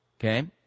Okay